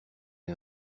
est